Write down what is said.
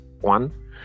one